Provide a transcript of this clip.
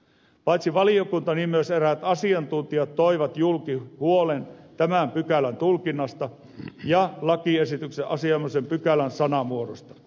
paitsi valiokunta myös eräät asiantuntijat toivat julki huolen tämän pykälän tulkinnasta ja lakiesityksen asianomaisen pykälän sanamuodosta